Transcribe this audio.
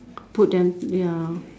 put them ya